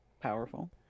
powerful